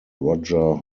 roger